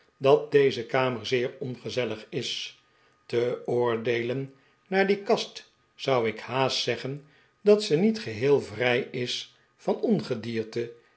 dat deze kamer zeer ongezellig is te oordeelen naar die kast zou ik haast zeggen dat ze niet geheel vrij is van ongedierte